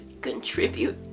contribute